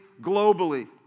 globally